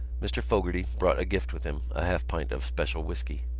mr. fogarty brought a gift with him, a half-pint of special whisky.